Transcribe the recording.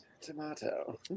Tomato